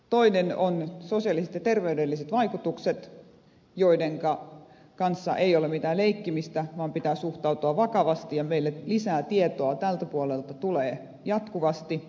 toinen ovat sosiaaliset ja terveydelliset vaikutukset joidenka kanssa ei ole mitään leikkimistä vaan pitää suhtautua vakavasti ja meille lisää tietoa tältä puolelta tulee jatkuvasti